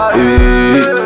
Hey